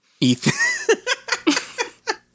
Ethan